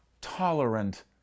tolerant